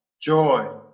joy